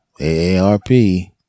AARP